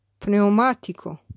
Pneumatico